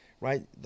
right